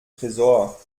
tresor